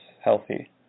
healthy